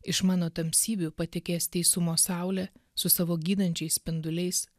iš mano tamsybių patekės teisumo saulė su savo gydančiais spinduliais